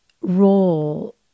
role